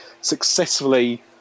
successfully